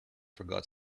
forgot